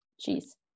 Cheese